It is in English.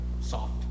soft